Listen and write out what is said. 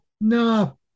No